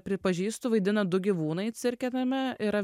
pripažįstu vaidina du gyvūnai cirke tame yra